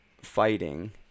fighting